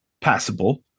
passable